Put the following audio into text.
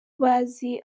bazi